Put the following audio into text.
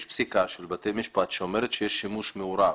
יש פסיקה של בתי משפט שאומרת שיש שימוש מעורב.